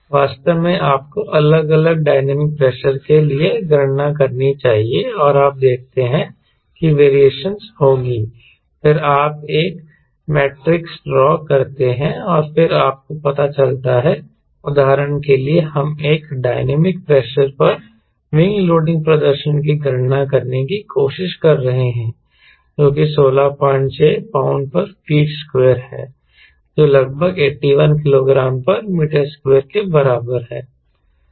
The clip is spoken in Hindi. वास्तव में आपको अलग अलग डायनामिक प्रेशर के लिए गणना करनी चाहिए और आप देखते हैं कि वेरिएशनस होंगी फिर आप एक मैट्रिक्स ड्रॉ करते हैं और फिर आपको पता चलता है उदाहरण के लिए हम एक डायनामिक प्रेशर पर विंग लोडिंग प्रदर्शन की गणना करने की कोशिश कर रहे हैं जो कि 166 lbft2 है जो लगभग 81 kgm2 के बराबर है